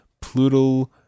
plural